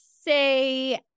say